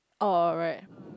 oh right